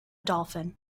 dolphin